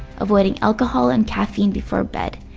avoiding alcohol and caffeine before bed,